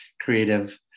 creative